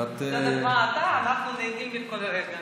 יודעת איך אתה, אנחנו נהנים מכל רגע.